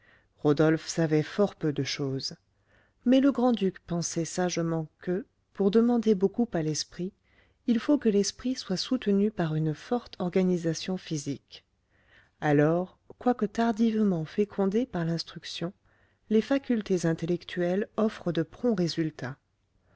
rodolphe savait fort peu de chose mais le grand-duc pensait sagement que pour demander beaucoup à l'esprit il faut que l'esprit soit soutenu par une forte organisation physique alors quoique tardivement fécondées par l'instruction les facultés intellectuelles offrent de